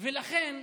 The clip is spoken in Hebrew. לכן,